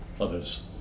others